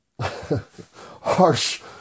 harsh